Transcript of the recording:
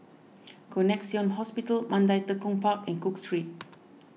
Connexion Hospital Mandai Tekong Park and Cook Street